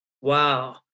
Wow